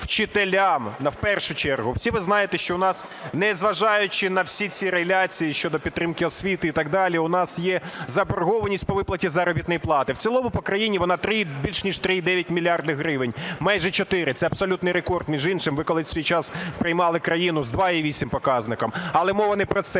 ви знаєте, що в нас, незважаючи на всі ці реляції щодо підтримки освіти і так далі, в нас є заборгованість по виплаті заробітної плати, в цілому по країні вона більш ніж 3,9 мільярда гривень, майже 4 - це абсолютний рекорд. Між іншим, ви колись в свій час приймали країну з 2,8 показником. Але мова не про це,